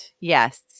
Yes